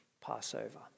Passover